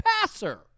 passer